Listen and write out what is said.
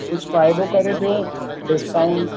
कुछ फ़ाइदो करे ॾियो डिस्काउंट